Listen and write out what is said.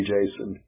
Jason